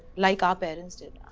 like our parents did.